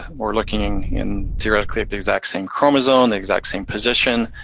we're looking in, theoretically, at the exact same chromosome, the exact same position.